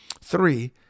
Three